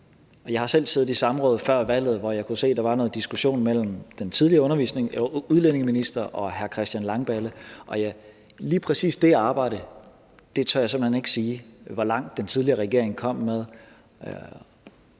Jeg har selv siddet i samråd før valget, hvor jeg kunne se, at der var noget diskussion mellem den tidligere udlændingeminister og hr. Christian Langballe, og lige præcis det arbejde tør jeg simpelt hen ikke sige hvor langt den tidligere regering kom med